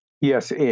Yes